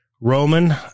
Roman